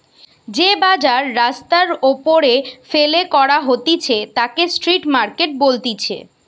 যে বাজার রাস্তার ওপরে ফেলে করা হতিছে তাকে স্ট্রিট মার্কেট বলতিছে